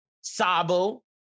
Sabo